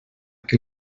que